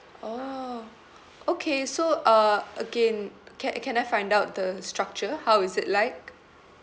orh okay so uh again ca~ can I find out the structure how is it like